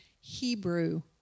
Hebrew